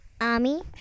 Ami